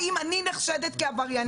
האם אני נחשדת כעבריינית?